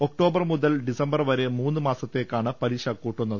October മുതൽ December വരെ മൂന്ന് മാസത്തേക്കാണ് പലിശ കൂട്ടുന്നത്